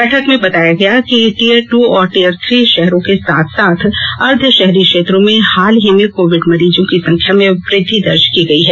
बैठक में बताया गया कि टीयर टू और टीयर थ्री शहरों के साथ साथ अर्ध शहरी क्षेत्रों में हाल ही में कोविड मरीजों की संख्या में वृद्वि दर्ज की गई है